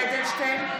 (קוראת בשמות חברי הכנסת) משה אבוטבול,